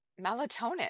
melatonin